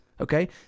okay